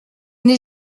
n’ai